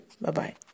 Bye-bye